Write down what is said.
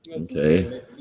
Okay